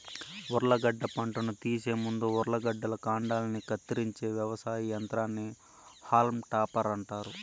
ఉర్లగడ్డ పంటను తీసే ముందు ఉర్లగడ్డల కాండాన్ని కత్తిరించే వ్యవసాయ యంత్రాన్ని హాల్మ్ టాపర్ అంటారు